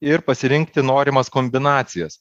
ir pasirinkti norimas kombinacijas